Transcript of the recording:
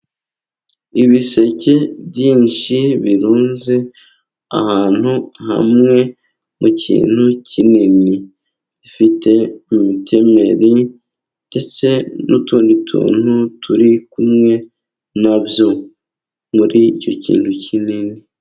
Ibiseke byinshi birunze ahantu hamwe mu kintu kinini, gifite imitemeri ndetse n'utundi tuntu, turi kumwe na byo muri icyo kintu kinini.